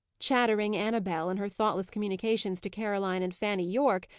chattering annabel, in her thoughtless communications to caroline and fanny yorke,